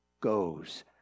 goes